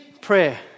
prayer